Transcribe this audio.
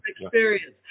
experience